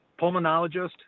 pulmonologist